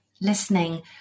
listening